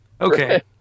okay